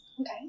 Okay